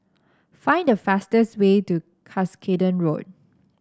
find the fastest way to Cuscaden Road